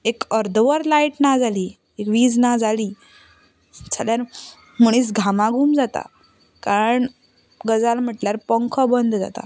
एक अर्द वर लायट ना जाली वीज ना जाली जाल्यार मनीस घामाघूम जाता कारण गजाल म्हणल्यार पंखो बंद जाता